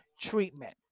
treatment